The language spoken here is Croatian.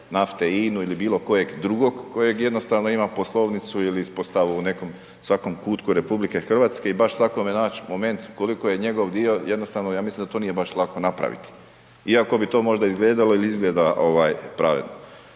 nafte, INA-u ili bilo kojeg drugog, koji jednostavno ima poslovnicu ili …/Govornik se ne razumije./… u nekom, svakom kutku RH i baš svakom naći moment koliko je njegov dio, jednostavno, ja mislim da to nije baš lako napraviti. Iako bi to možda izgledalo ili izgleda pravedno.